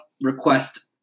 request